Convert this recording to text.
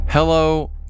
Hello